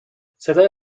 صدای